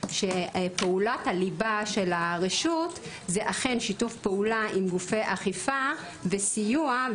שפעולת הליבה של הרשות היא אכן שיתוף פעולה עם גופי אכיפה וסיוע,